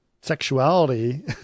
sexuality